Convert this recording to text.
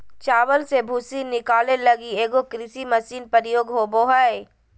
चावल से भूसी निकाले लगी एगो कृषि मशीन प्रयोग होबो हइ